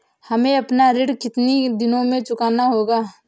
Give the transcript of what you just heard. हमें अपना ऋण कितनी दिनों में चुकाना होगा?